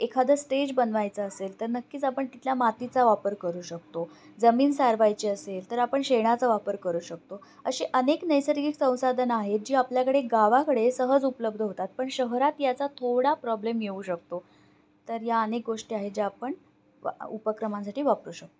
एखादं स्टेज बनवायचं असेल तर नक्कीच आपण तिथल्या मातीचा वापर करू शकतो जमीन सारवायची असेल तर आपण शेणाचा वापर करू शकतो असे अनेक नैसर्गिक संसाधनं आहेत जी आपल्याकडे गावाकडे सहज उपलब्ध होतात पण शहरात याचा थोडा प्रॉब्लेम येऊ शकतो तर या अनेक गोष्टी आहेत ज्या आपण उपक्रमांसाठी वापरू शकतो